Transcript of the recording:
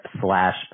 slash